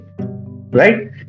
right